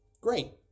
Great